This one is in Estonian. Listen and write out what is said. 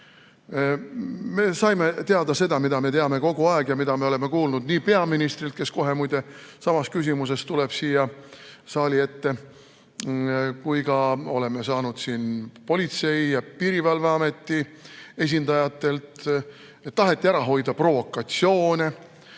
Me saime teada seda, mida me oleme teadnud kogu aeg ja mida me oleme kuulnud ka peaministrilt, kes kohe muide samas küsimuses tuleb siia saali ette. Ka oleme seda saanud teada Politsei- ja Piirivalveameti esindajatelt. Taheti nimelt ära hoida provokatsioone